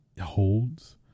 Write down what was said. holds